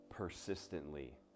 persistently